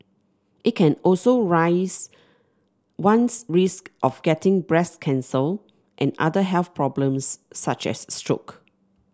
it can also raise one's risk of getting breast cancer and other health problems such as stroke